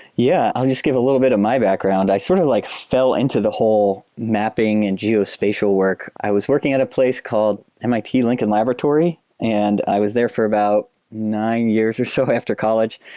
yeah. i'll just give a little bit of my background. i sort of like fell into the whole mapping and geospatial work. i was working at a place called mit lincoln laboratory and i was there for about nine years or so after college.